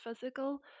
physical